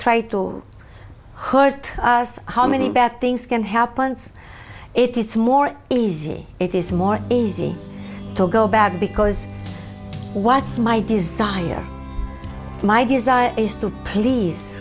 try to hurt us how many bad things can happen it's more easy it is more easy to go back because what's my desire my desire is to please